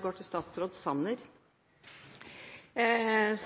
går til statsråd Sanner.